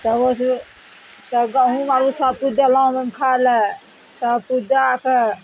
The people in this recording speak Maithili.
तबो से तब गहुम आओर उसब किछु देलहुँ खाय लए सबकिछु दए कए